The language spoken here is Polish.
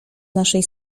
naszej